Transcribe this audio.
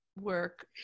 work